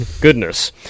Goodness